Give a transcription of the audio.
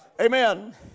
Amen